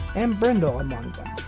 and brindle, and and